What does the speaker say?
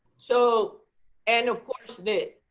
so and of course, the